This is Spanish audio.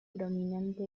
prominente